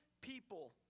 people